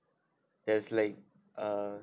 there's like err